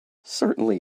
certainly